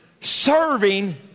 serving